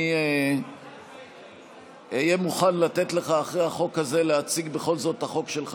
אני אהיה מוכן לתת לך אחרי החוק הזה להציג בכל זאת את החוק שלך,